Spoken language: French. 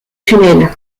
tunnels